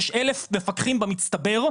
יש אלף מפקחים במצטבר,